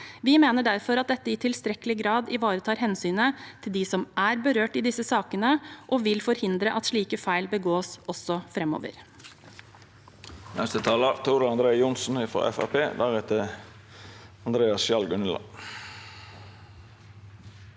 Vi mener derfor dette i tilstrekkelig grad ivaretar hensynet til dem som er berørt i disse sakene, og vil forhindre at slike feil begås også framover.